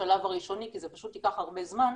השלב הראשוני, כי זה פשוט ייקח הרבה זמן,